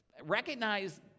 Recognize